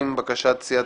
2 נמנעים,